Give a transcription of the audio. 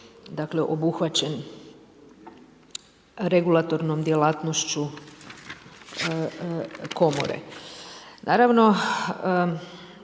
dakle obuhvaćen regulatornom djelatnošću komore. Naravno,